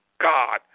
God